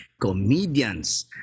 comedians